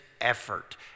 effort